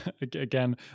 again